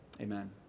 Amen